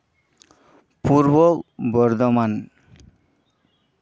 Purba Bardhaman